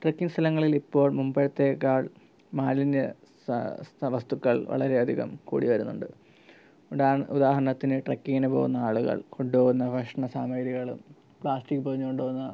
trekking സ്ഥലങ്ങളിൽ ഇപ്പോൾ മുമ്പത്തേക്കാൾ മാലിന്യ സാ സ്ഥ വസ്തുക്കൾ വളരെയധികം കൂടിവരുന്നുണ്ട് ഉഡാ ഉദാഹരണത്തിന് ട്രക്കിങ്ങിന് പോവുന്ന ആളുകൾ കൊണ്ടുപോവുന്ന ഭക്ഷണ സാമഗ്രികളും പ്ലാസ്റ്റിക് പൊതിഞ്ഞുകൊണ്ട് പോവുന്ന